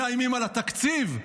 מאיימים על התקציב.